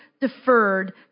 deferred